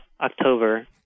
October